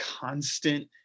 constant